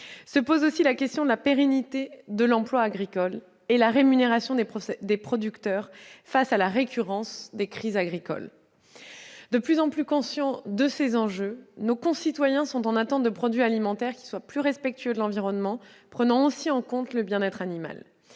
Se posent aussi les questions de la pérennité de l'emploi agricole et de la rémunération des producteurs au regard de la récurrence des crises agricoles. De plus en plus conscients de ces enjeux, nos concitoyens sont demandeurs de produits alimentaires plus respectueux de l'environnement et souhaitent aussi la prise en compte du bien-être animal.